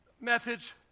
Methods